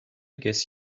guess